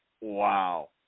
Wow